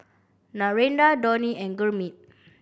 Narendra Dhoni and Gurmeet